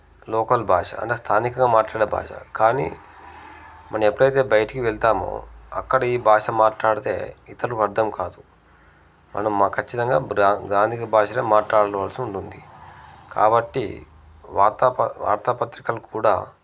local భాష అంటే స్థానికంగా మాట్లాడే భాష కానీ మనం ఎప్పుడైతే బయటకి వెళ్తామో అక్కడ ఈ భాష మాట్లాడితే ఇతరులకు అర్థం కాదు మనము ఖచ్చితంగా గ్రాం గ్రాంధిక భాషనే మాట్లాడవలసి ఉంటుంది కాబట్టి వార్తా వార్తాపత్రికలు కూడా